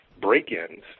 break-ins